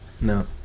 no